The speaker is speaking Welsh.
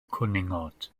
cwningod